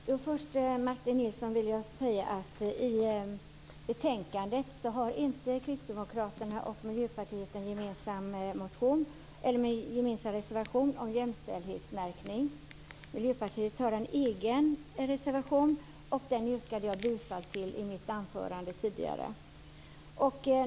Herr talman! Först vill jag säga till Martin Nilsson att Kristdemokraterna och Miljöpartiet inte har en gemensam reservation om jämställdhetsmärkning. Miljöpartiet har en egen reservation, som jag yrkade bifall till i mitt anförande tidigare.